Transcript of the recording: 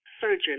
surgeon